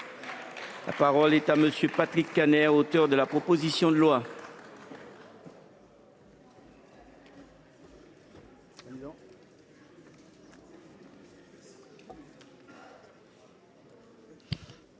la parole est à M. Patrick Kanner, auteur de la proposition de loi.